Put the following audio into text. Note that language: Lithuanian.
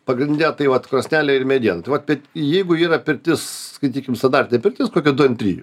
pagrinde tai vat krosnelė ir mediena tai vat bet jeigu yra pirtis skaitykim standartinė pirtis kokie du ant trijų